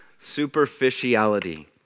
superficiality